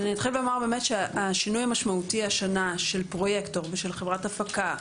השנה השינוי המשמעותי של פרויקטור ושל חברת הפקה,